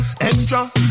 extra